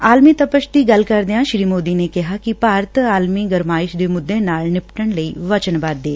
ਆਲਮੀ ਤਪਸ਼ ਦੀ ਗੱਲ ਕਰਦਿਆਂ ਸ੍ਰੀ ਮੋਦੀ ਨੇ ਕਿਹਾ ਕਿ ਭਾਰਤ ਆਲਮੀ ਗਰਮਾਇਸ਼ ਦੇ ਮੁੱਦੇ ਨਾਲ ਨਿਪਟਣ ਲਈ ਵਚਨਬੱਧ ਏ